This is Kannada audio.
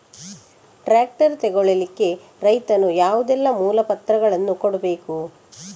ಟ್ರ್ಯಾಕ್ಟರ್ ತೆಗೊಳ್ಳಿಕೆ ರೈತನು ಯಾವುದೆಲ್ಲ ಮೂಲಪತ್ರಗಳನ್ನು ಕೊಡ್ಬೇಕು?